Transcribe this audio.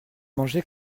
manger